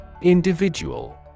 Individual